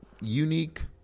unique